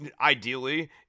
ideally